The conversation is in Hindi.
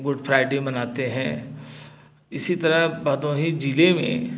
गुड फ़्राइडे मनाते हैं इसी तरह भदोही ज़िले में